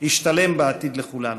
ישתלם בעתיד לכולנו.